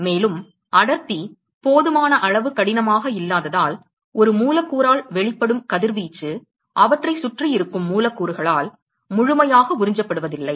மேலும் அடர்த்தி போதுமான அளவு கடினமாக இல்லாததால் ஒரு மூலக்கூறால் வெளிப்படும் கதிர்வீச்சு அவற்றைச் சுற்றி இருக்கும் மூலக்கூறுகளால் முழுமையாக உறிஞ்சப்படுவதில்லை